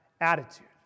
attitude